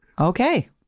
Okay